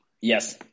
Yes